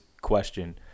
question